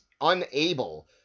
unable